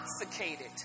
intoxicated